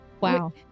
Wow